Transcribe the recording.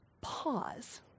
Pause